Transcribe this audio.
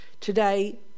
Today